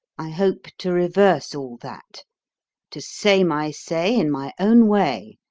i hope to reverse all that to say my say in my own way,